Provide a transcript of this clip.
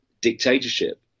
dictatorship